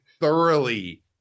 thoroughly